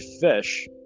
fish